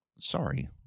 Sorry